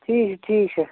ٹھیٖک چھُ ٹھیٖک چھُ